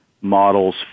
models